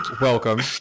welcome